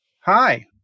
hi